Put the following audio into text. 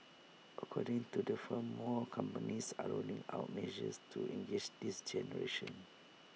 according to the firm more companies are rolling out measures to engage this generation